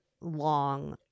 long